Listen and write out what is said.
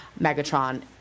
Megatron